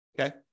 Okay